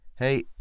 Hey